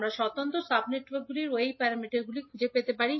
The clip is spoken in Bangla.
আমরা স্বতন্ত্র সাব নেটওয়ার্কগুলির Y প্যারামিটারগুলি খুঁজে পেতে পারি